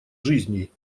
жизней